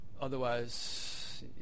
Otherwise